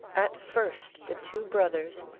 at first the two brothers,